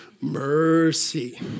Mercy